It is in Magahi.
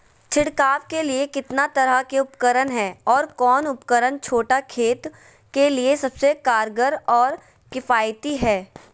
छिड़काव के लिए कितना तरह के उपकरण है और कौन उपकरण छोटा खेत के लिए सबसे कारगर और किफायती है?